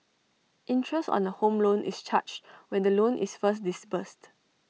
interest on A home loan is charged when the loan is first disbursed